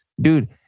dude